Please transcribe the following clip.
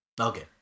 Okay